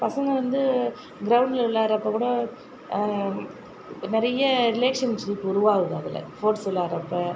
பசங்க வந்து கிரவுண்டில் விளாடுறப்ப கூட நிறைய ரிலேஷன்ஷிப் உருவாகுது அதில் ஸ்போர்ட்ஸ் விளையாடுறப்போ